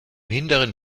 hinteren